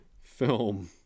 film